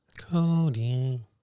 Cody